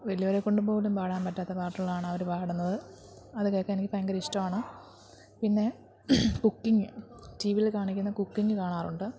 വലിയവരെക്കൊണ്ടു പോലും പാടാൻ പറ്റാത്ത പാട്ടുകളാണ് അവർ പാടുന്നത് അത് കേൾക്കാൻ എനിക്ക് ഭയങ്കര ഇഷ്ടമാണ് പിന്നെ കുക്കിംഗ് ടി വിയിൽ കാണിക്കുന്ന കുക്കിംഗ് കാണാറുണ്ട്